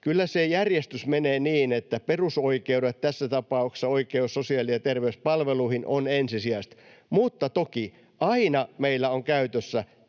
kyllä se järjestys menee niin, että perusoikeudet — tässä tapauksessa oikeus sosiaali- ja terveyspalveluihin — ovat ensisijaiset. Mutta toki aina meillä on käytössä